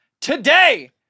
Today